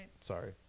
Sorry